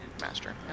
Master